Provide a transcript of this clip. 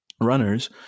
runners